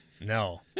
No